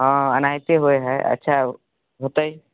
हाँ एनाहिते होइ हय अच्छा होतै